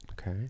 okay